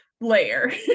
layer